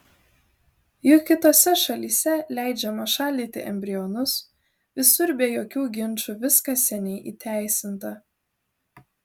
juk kitose šalyse leidžiama šaldyti embrionus visur be jokių ginčų viskas seniai įteisinta